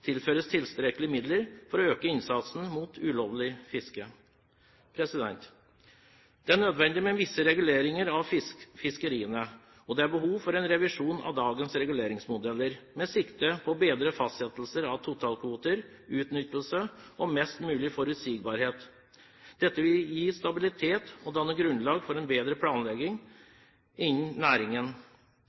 tilføres tilstrekkelige midler for å øke innsatsen mot ulovlig fiske. Det er nødvendig med visse reguleringer av fiskeriene, og det er behov for en revisjon av dagens reguleringsmodeller, med sikte på bedre fastsettelser av totalkvoter, utnyttelse og mest mulig forutsigbarhet. Dette vil gi stabilitet og danne grunnlag for en bedre planlegging innen næringen.